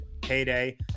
payday